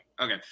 Okay